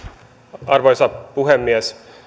arvoisa puhemies